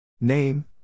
Name